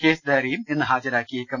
case ഡയറിയും ഇന്ന് ഹാജരാക്കിയേക്കും